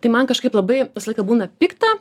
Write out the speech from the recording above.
tai man kažkaip labai visą laiką būna pikta